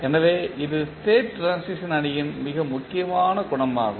எனவே இது state transition அணியின் மிக முக்கியமான குணமாகும்